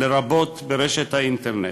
לרבות ברשת האינטרנט.